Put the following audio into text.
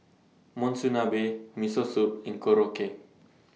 Monsunabe Miso Soup and Korokke